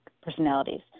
personalities